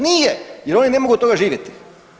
Nije, jer oni ne mogu od toga živjeti.